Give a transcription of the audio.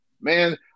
Man